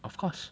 of course